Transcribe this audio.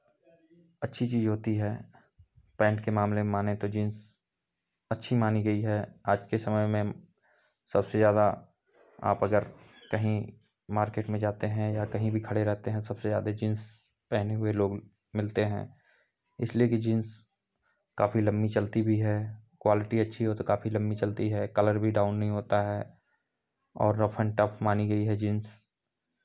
अच्छी चीज़ होती है पैंट के मामले में माने तो जींस अच्छी मानी गई है आज के समय में सबसे ज़्यादा आप अगर कहीं मार्केट में जाते हैं या कहीं भी खड़े रहते हैं सबसे ज़्यादे जींस पहने हुए लोग मिलते हैं इसलिए कि जींस काफी लंबी चलती भी है क्वालिटी अच्छी हो तो काफी लंबी चलती है कलर भी डाउन नहीं होता है और रफ एण्ड टफ मानी गई है जींस